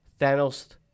Thanos